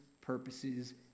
purposes